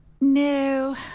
No